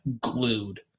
glued